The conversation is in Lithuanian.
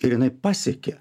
ir jinai pasiekė